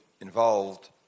involved